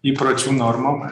įpročių normom